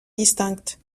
distinctes